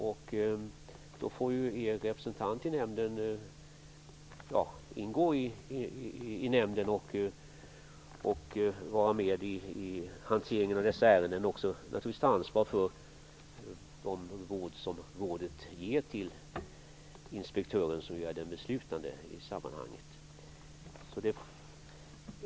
Det innebär att Miljöpartiets representant får ingå i rådet och vara med i hanteringen av dessa ärenden och naturligtvis också ta ansvar för de råd som rådet ger till inspektören som är den som beslutar i det här sammanhanget.